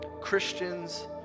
christians